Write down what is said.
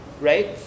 right